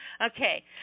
Okay